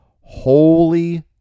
Holy